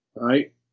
Right